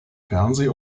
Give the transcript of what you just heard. fernseh